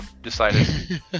decided